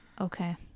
Okay